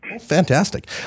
Fantastic